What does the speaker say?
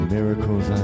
Miracles